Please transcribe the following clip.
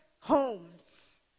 homes